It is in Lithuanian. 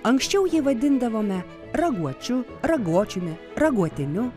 anksčiau jį vadindavome raguočiu ragočiumi raguotiniu